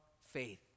faith